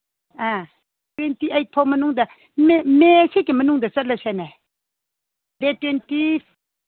ꯑꯥ twenty eight ꯐꯥꯎ ꯃꯅꯨꯡꯗ May ꯁꯤꯒꯤ ꯃꯅꯨꯡꯗ ꯆꯠꯂꯁꯤꯅꯦ ꯗꯦꯠ ꯇ꯭ꯋꯦꯟꯇꯤ